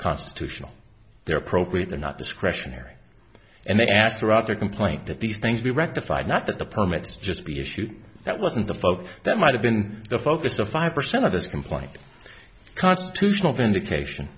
constitutional they're appropriate they're not discretionary and they asked throughout their complaint that these things be rectified not that the permits just be issued that wasn't the folk that might have been the focus of five percent of this complaint constitutional vindication